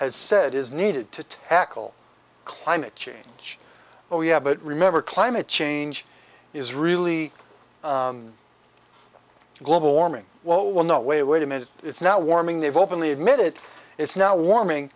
has said is needed to tackle climate change oh yeah but remember climate change is really global warming what will not wait wait a minute it's now warming they've openly admit it it's now warming